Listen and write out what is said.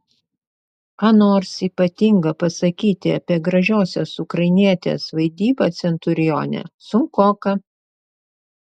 ką nors ypatinga pasakyti apie gražiosios ukrainietės vaidybą centurione sunkoka